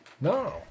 No